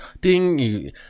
Ding